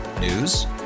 News